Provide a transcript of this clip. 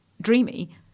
dreamy